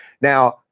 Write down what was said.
Now